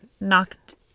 knocked